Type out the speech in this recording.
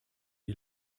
die